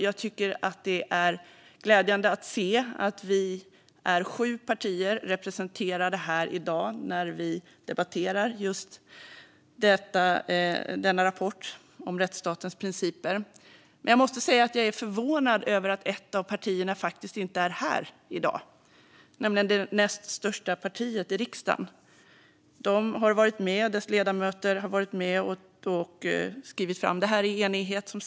Jag tycker också att det är glädjande att sju partier är representerade här i dag när vi debatterar rapporten om rättsstatens principer. Jag måste dock säga att jag är förvånad över att ett av partierna - det näst största partiet i riksdagen - inte är här i dag. Det partiets ledamöter har varit med och skrivit fram detta i enighet i KU.